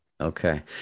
Okay